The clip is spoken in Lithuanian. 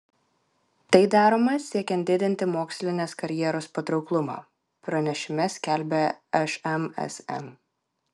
tai daroma siekiant didinti mokslinės karjeros patrauklumą pranešime skelbia šmsm